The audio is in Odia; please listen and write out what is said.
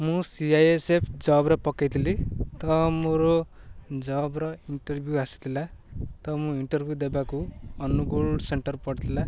ମୁଁ ସି ଆଇ ଏସ୍ ଏଫ୍ ଜବ୍ରେ ପକେଇଥିଲି ତ ମୋର ଜବ୍ର ଇଣ୍ଟରଭ୍ୟୁ ଆସିଥିଲା ତ ମୁଁ ଇଣ୍ଟରଭ୍ୟୁ ଦେବାକୁ ଅନୁଗୁଳ ସେଣ୍ଟର ପଡ଼ିଥିଲା